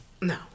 No